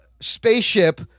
spaceship